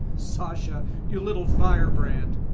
sasha, you little firebrand,